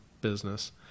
business